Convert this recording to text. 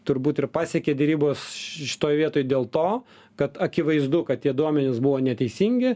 turbūt ir pasiekė derybos šitoj vietoj dėl to kad akivaizdu kad tie duomenys buvo neteisingi